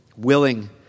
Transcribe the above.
Willing